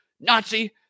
Nazi